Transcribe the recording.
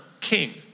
king